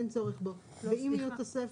אין צורך בו, ואם יהיה תוספת,